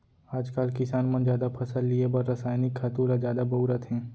आजकाल किसान मन जादा फसल लिये बर रसायनिक खातू ल जादा बउरत हें